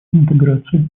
интеграции